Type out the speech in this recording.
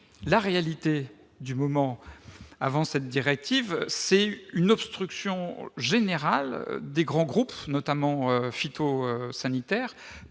La réalité du moment, avant même cette directive, c'est une obstruction générale des grands groupes, notamment phytosanitaires,